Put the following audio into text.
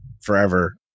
forever